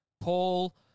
Paul